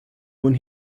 when